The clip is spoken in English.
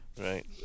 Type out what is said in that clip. Right